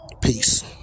Peace